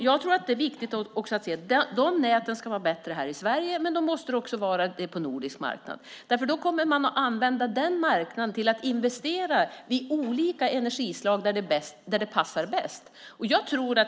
Det är viktigt att se att dessa nät ska vara bättre här i Sverige, men de måste också vara det på en nordisk marknad därför att då kommer man att använda den marknaden till att investera i olika energislag där det passar bäst.